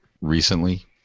Recently